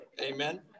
amen